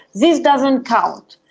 this doesn't count.